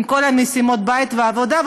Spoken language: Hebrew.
עם כל משימות הבית והעבודה.